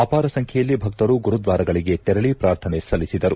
ಅಪಾರ ಸಂಖ್ಯೆಯಲ್ಲಿ ಭಕ್ತರು ಗುರುದ್ವಾರಗಳಿಗೆ ತೆರಳಿ ಪ್ರಾರ್ಥನೆ ಸಲ್ಲಿಸಿದರು